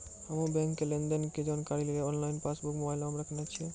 हम्मे बैंको के लेन देन के जानकारी लेली आनलाइन पासबुक मोबाइले मे राखने छिए